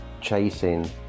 chasing